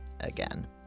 again